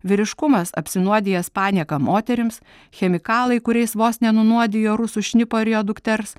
vyriškumas apsinuodijęs panieka moterims chemikalai kuriais vos nenunuodijo rusų šnipo ir jo dukters